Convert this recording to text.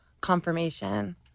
confirmation